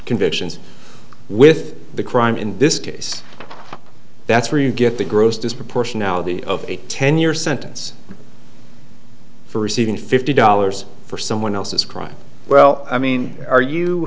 convictions with the crime in this case that's where you get the gross disproportionality of a ten year sentence for receiving fifty dollars for someone else's crime well i mean are you